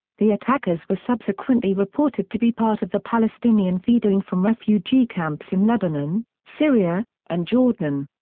the attackers were subsequently reported to be part of the palestinian fedayeen from refugee camps in lebanon, syria, and jordan.